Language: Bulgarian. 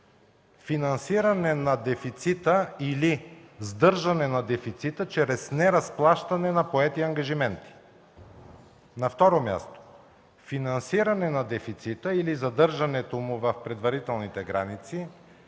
финансиране на дефицита или сдържане на дефицита чрез неразплащане на поети ангажименти. На второ място, финансиране на дефицита или задържането му в предварителните граници